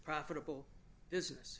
profitable business